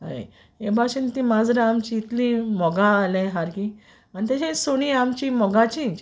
हय हे भाशीन माजरां आमचीं इतलीं मोगा जालांय सारकीं आनी तेशेंच सुणीं आमचीं मोगाचींच